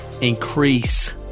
increase